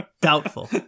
Doubtful